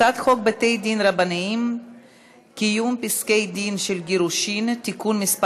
הצעת חוק בתי-דין רבניים (קיום פסקי-דין של גירושין) (תיקון מס'